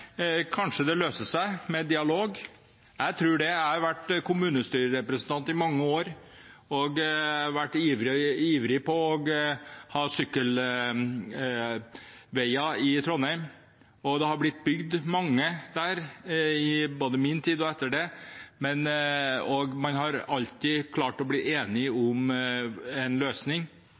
kanskje det løser seg med dialog? Jeg tror det. Jeg har vært kommunestyrerepresentant i mange år og vært ivrig etter å få sykkelveier i Trondheim, og det er blitt bygd mange der både i min tid og etter det, og man har alltid klart å bli enige om en løsning